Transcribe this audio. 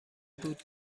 بود